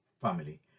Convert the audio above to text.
family